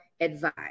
advice